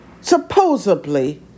supposedly